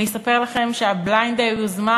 אני אספר לכם שה-Blind Day הוא יוזמה